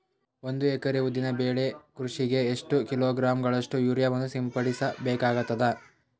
ಒಂದು ಎಕರೆ ಉದ್ದಿನ ಬೆಳೆ ಕೃಷಿಗೆ ಎಷ್ಟು ಕಿಲೋಗ್ರಾಂ ಗಳಷ್ಟು ಯೂರಿಯಾವನ್ನು ಸಿಂಪಡಸ ಬೇಕಾಗತದಾ?